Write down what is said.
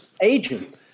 agent